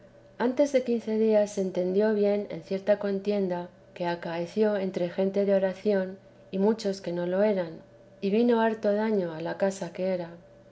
antes de quince días se entendió bien en cierta contienda que acaeció entre gente iúa de oración y muchas que no lo eran y vino harto daño a la casa que era